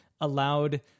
allowed